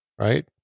right